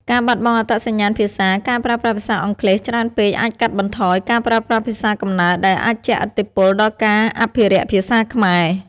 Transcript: ការបាត់បង់អត្តសញ្ញាណភាសា ការប្រើប្រាស់ភាសាអង់គ្លេសច្រើនពេកអាចកាត់បន្ថយការប្រើប្រាស់ភាសាកំណើត ដែលអាចជះឥទ្ធិពលដល់ការអភិរក្សភាសាខ្មែរ។